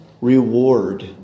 reward